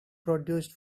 produced